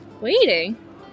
Waiting